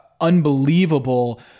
unbelievable